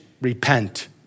repent